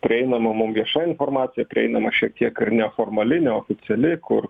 prieinama mum vieša informacija prieinama šiek tiek neformali neoficiali kur kur